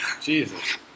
Jesus